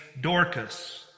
Dorcas